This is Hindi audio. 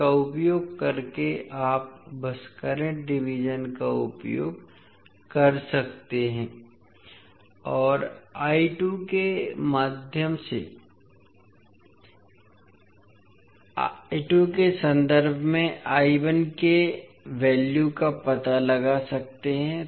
इसका उपयोग करके आप बस करंट डिवीज़न का उपयोग कर सकते हैं और के संदर्भ में के वैल्यू का पता लगा सकते हैं